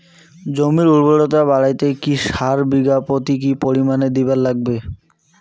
জমির উর্বরতা বাড়াইতে কি সার বিঘা প্রতি কি পরিমাণে দিবার লাগবে?